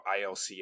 ILCA